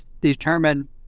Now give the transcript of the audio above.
determine